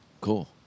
Cool